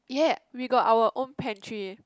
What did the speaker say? ya we got our own pantry